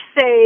say